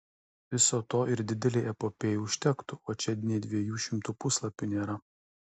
viso to ir didelei epopėjai užtektų o čia nė dviejų šimtų puslapių nėra